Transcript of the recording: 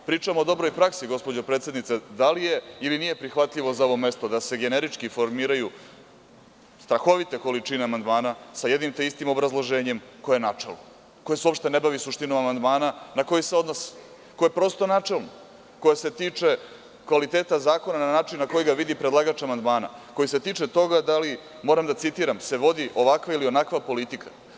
Pričam o dobroj praksi gospođo predsednice, da li je, ili nije prihvatljivo za ovo mesto da se generički formiraju strahovite količine amandmana sa jednim te istim obrazloženjem koje je načelno, koje se uopšte ne bavi suštinom amandmana na koji se odnosi, koje je prosto načelno, koje se tiče kvaliteta zakona na način na koji ga vidi predlagač amandmana koji se tiče toga da li moram da citiram – „se vodi ovakva ili onakva politika“